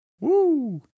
Woo